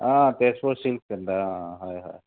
অঁ Tezpur silk centre অঁ অঁ হয় হয়